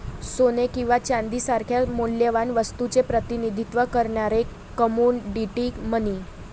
सोने किंवा चांदी सारख्या मौल्यवान वस्तूचे प्रतिनिधित्व करणारे कमोडिटी मनी